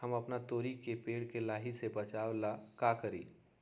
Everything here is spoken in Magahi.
हम अपना तोरी के पेड़ के लाही से बचाव ला का करी?